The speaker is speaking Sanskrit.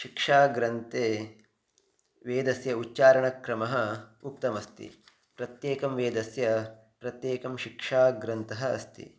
शिक्षा ग्रन्थे वेदस्य उच्चारणक्रमः उक्तमस्ति प्रत्येकं वेदस्य प्रत्येकं शिक्षा ग्रन्थः अस्ति